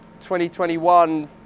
2021